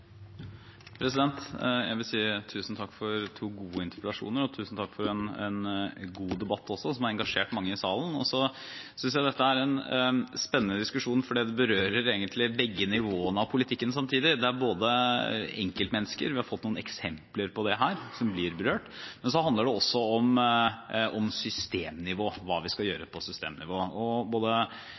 Jeg vil si tusen takk for to gode interpellasjoner og tusen takk for en god debatt også, som har engasjert mange i salen. Jeg synes dette er en spennende diskusjon fordi det berører begge nivåene av politikken samtidig: Det er enkeltmennesker – vi har fått noen eksempler på det her – som blir berørt, og så handler det også om systemnivå, hva vi skal gjøre på systemnivå. Både helseminister Høie og